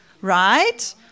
right